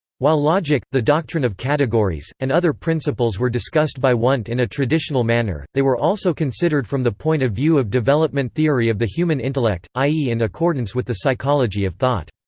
while logic, the doctrine of categories, and other principles were discussed by wundt in a traditional manner, they were also considered from the point of view of development theory of the human intellect, i e. in accordance with the psychology of thought.